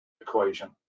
equation